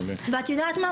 את יודעת מה,